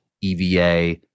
EVA